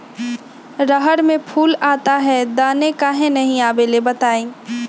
रहर मे फूल आता हैं दने काहे न आबेले बताई?